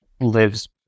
lives